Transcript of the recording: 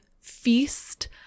feast